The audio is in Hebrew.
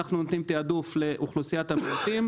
ואנחנו גם נותנים תעדוף לאוכלוסיית המיעוטים,